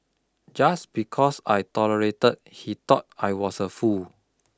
just because I tolerated he thought I was a fool